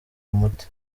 umuti